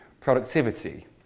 productivity